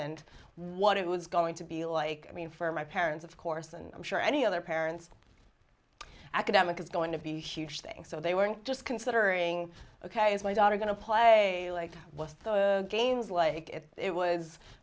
and what it was going to be like i mean for my parents of course and i'm sure any other parents academic is going to be huge thing so they were just considering ok is my daughter going to play like games like if it was